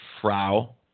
Frau